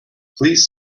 please